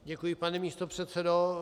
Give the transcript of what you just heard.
Děkuji pane místopředsedo.